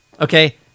okay